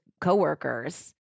co-workers